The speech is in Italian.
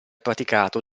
praticato